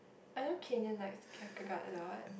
I know kenyan likes a lot